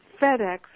FedEx